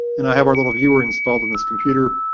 and i have our little viewer installed on this computer.